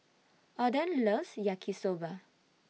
Alden loves Yaki Soba